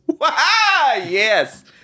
Yes